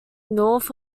north